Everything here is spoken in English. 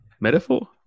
metaphor